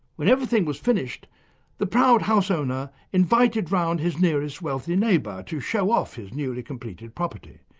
when everything was finished the proud house owner invited round his nearest wealthy neighbour to show off his newly completed property.